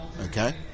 Okay